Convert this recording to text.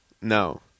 no